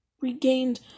regained